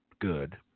good